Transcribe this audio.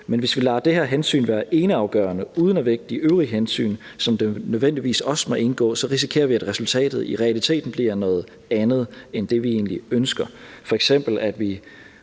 men hvis vi lader det her hensyn være eneafgørende uden at vægte de øvrige hensyn, som nødvendigvis også må indgå, så risikerer vi, at resultatet i realiteten bliver noget andet end det, vi egentlig ønsker, f.eks. at vi